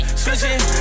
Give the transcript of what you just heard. switching